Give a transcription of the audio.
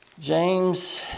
James